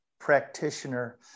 practitioner